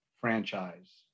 franchise